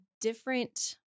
different